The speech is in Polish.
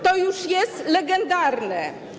To już jest legendarne.